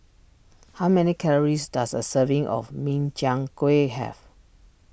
how many calories does a serving of Min Chiang Kueh have